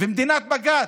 ומדינת בג"ץ,